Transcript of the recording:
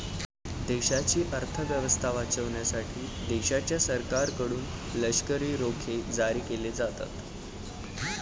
देशाची अर्थ व्यवस्था वाचवण्यासाठी देशाच्या सरकारकडून लष्करी रोखे जारी केले जातात